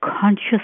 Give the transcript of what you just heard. conscious